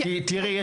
כי תראי,